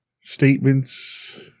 statements